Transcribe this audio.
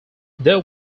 they